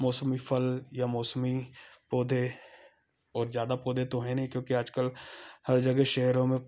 मौसमी फल या मौसमी पौधे और ज्यादा पौधे तो हैं नहीं क्योंकि आज कल हर जगह शहरों में